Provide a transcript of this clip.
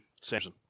Samson